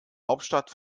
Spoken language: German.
hauptstadt